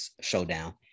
showdown